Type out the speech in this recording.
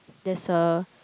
there's a